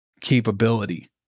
capability